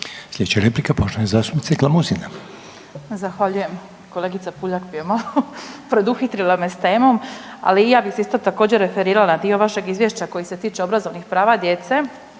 Glamuzina. **Glamuzina, Katica (SDP)** Zahvaljujem. Kolegica Puljak je malo preduhitrila me s temom. Ali ja bih se isto također referirala na dio vašeg izvješća koji se tiče obrazovnih prava djece.